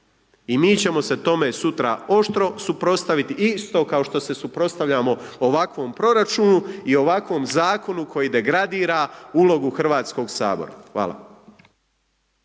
i mi ćemo se tome sutra oštro suprotstaviti isto kao što se suprotstavljamo ovakvom proračunu i ovakvom Zakonu koji degradira ulogu HS-a. Hvala.